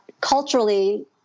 culturally